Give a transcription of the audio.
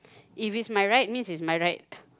if it's my right means it's my right